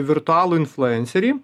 virtualų influencerį